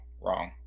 wrong